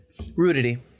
Rudity